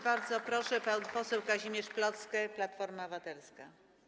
Bardzo proszę, pan poseł Kazimierz Plocke, Platforma Obywatelska.